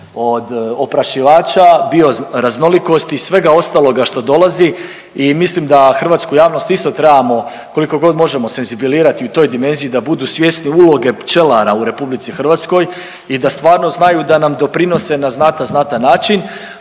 od oprašivača, bioraznolikosti i svega ostaloga što dolazi. I mislim da hrvatsku javnost isto trebamo koliko god možemo senzibilizirati u toj dimenziji da budu svjesni uloge pčelara u Republici Hrvatskoj i da stvarno znaju da nam doprinose na znatan, znatan način.